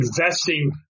investing